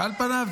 על פניו,